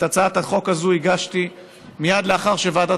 את הצעת החוק הזאת הגשתי מייד לאחר שוועדת